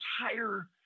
entire